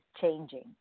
changing